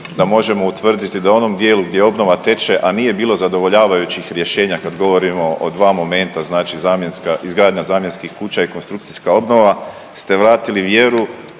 da možemo utvrditi da u onom dijelu gdje obnova teče, a nije bilo zadovoljavajućih rješenja kad govorimo o dva momenta znači zamjenska, izgradnja zamjenskih kuća i konstrukcija obnova ste vratili vjeru